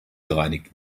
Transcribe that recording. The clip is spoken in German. gereinigt